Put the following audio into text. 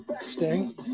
Sting